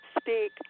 speak